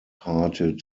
hearted